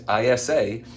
ISA